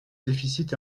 déficit